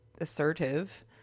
assertive